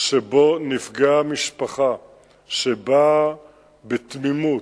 שבו נפגעה משפחה שבאה בתמימות,